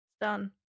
done